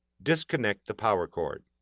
disconnect the power cord.